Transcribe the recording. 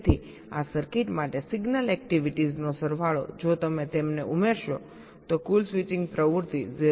તેથી આ સર્કિટ માટે સિગ્નલ એક્ટિવિટીસ નો સરવાળો જો તમે તેમને ઉમેરશો તો કુલ સ્વિચિંગ પ્રવૃત્તિ 0